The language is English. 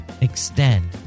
extend